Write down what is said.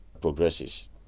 progresses